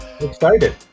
Excited